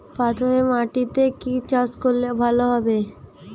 পাথরে মাটিতে কি চাষ করলে ভালো হবে?